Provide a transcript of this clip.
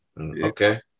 Okay